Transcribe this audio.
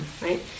right